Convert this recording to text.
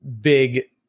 big